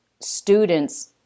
students